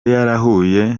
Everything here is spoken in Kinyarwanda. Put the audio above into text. yarahuye